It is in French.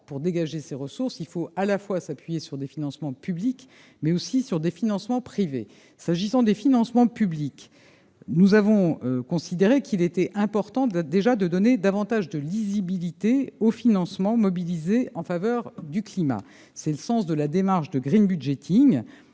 Pour dégager ces ressources, il faut s'appuyer à la fois sur des financements publics et sur des financements privés. S'agissant des financements publics, nous avons considéré qu'il était important de donner davantage de lisibilité aux financements mobilisés en faveur du climat. C'est le sens de la démarche de ,qui permet